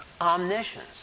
Omniscience